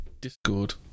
Discord